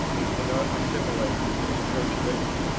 and cannot assimilate with the church of england.